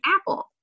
Apple